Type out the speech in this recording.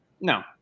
No